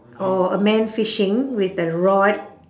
or a man fishing with the rod